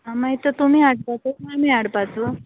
मागीर तें तुमी हाडपाचो काय आमी हाडपाचो